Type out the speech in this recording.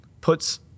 puts